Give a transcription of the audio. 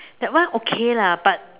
that one okay lah but